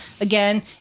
Again